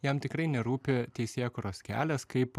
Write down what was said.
jam tikrai nerūpi teisėkūros kelias kaip